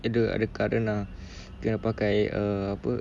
ada ada current ah kena pakai err apa